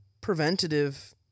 preventative